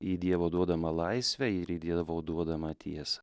į dievo duodamą laisvę ir į dievo duodamą tiesą